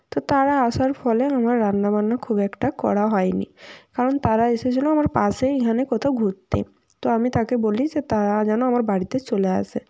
তো তারা আসার ফলে আমার রান্না বান্না খুব একটা করা হয় নি কারণ তারা এসেছিলো আমার পাশে এইখানে কোথাও ঘুরতে তো আমি তাকে বলি যে তারা যেন আমার বাড়িতে চলে আসে